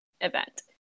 event